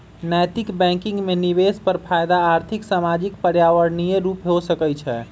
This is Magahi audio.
नैतिक बैंकिंग में निवेश पर फयदा आर्थिक, सामाजिक, पर्यावरणीय रूपे हो सकइ छै